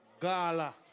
gala